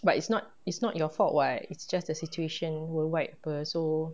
but it's not it's not your fault [what] it's just the situation worldwide [pe] so